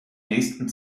nächsten